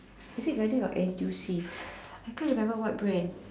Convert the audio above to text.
is it Guardian or N_T_U_C I can't remember what brand